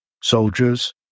soldiers